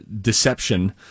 deception